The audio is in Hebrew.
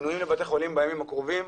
שפינויים לבתי חולים בימים הקרובים,